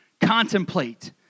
contemplate